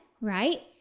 right